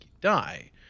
die